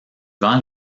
vend